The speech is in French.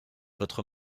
votre